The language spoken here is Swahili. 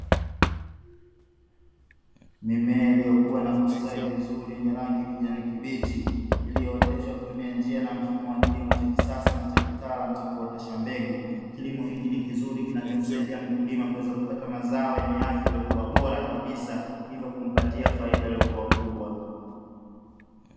Mimea iliyokua na kustawi vizuri, yenye rangi ya kijani kibichi, iliyooteshwa kwa kutumia njia na mfumo wa kisasa na cha kitaalamu wa kuotesha mbegu. Kilimo hiki ni kizuri kinachomsaidia mkulima kuweza kupata mazao yenye afya yaliokuwa bora kabisa, hivyo kumpatia faida iliyokua kubwa.